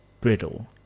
brittle